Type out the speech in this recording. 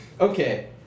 Okay